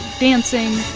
dancing